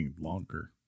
Longer